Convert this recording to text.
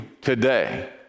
today